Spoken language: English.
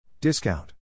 Discount